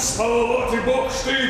spalvoti bokštai